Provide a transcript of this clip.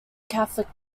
catholic